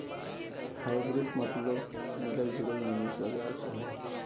hybrid मतबल मिलल जुलल निवेश बाजार से हौ